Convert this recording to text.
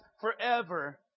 forever